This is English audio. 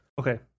Okay